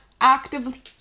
actively